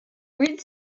read